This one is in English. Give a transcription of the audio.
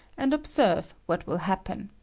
and observe what will happen.